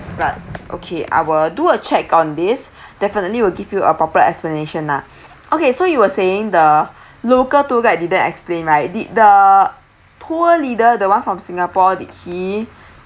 but okay I'll do a check on this definitely will give you a proper explanation lah okay so you were saying the local tour guide didn't explain right did the tour leader the one from singapore did he